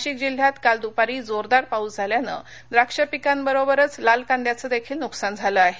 नाशिक जिल्ह्यात काल द्पारी जोरदार पाऊस झाल्याने द्राक्ष पिकांबरोबरच लाल कांद्याचे देखील नुकसान झाले आहे